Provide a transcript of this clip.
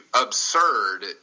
absurd